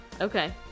Okay